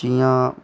जि'यां